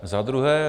Za druhé.